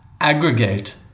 aggregate